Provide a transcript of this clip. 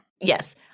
Yes